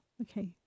Okay